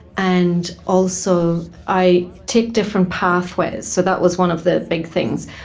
and also i take different pathways. so that was one of the big things.